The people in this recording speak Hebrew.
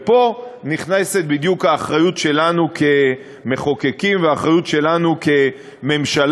ופה בדיוק נכנסת האחריות שלנו כמחוקקים והאחריות שלנו כממשלה,